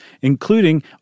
including